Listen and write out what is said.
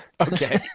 Okay